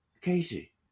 Casey